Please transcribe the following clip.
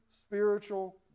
spiritual